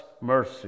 mercy